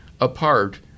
apart